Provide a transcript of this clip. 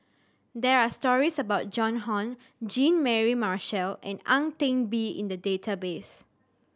there are stories about Joan Hon Jean Mary Marshall and Ang Ten Bee in the database